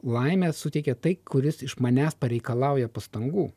laimę suteikia tai kuris iš manęs pareikalauja pastangų